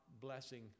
blessing